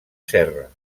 serra